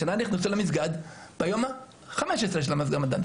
השנה נכנסו למסגד ביום ה-15 של הרמדאן.